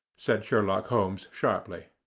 said sherlock holmes sharply.